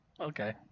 Okay